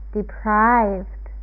deprived